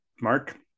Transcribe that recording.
Mark